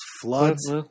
floods